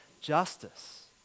justice